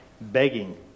begging